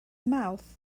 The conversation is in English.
mouth